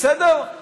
בסדר?